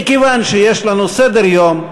מכיוון שיש לנו סדר-יום,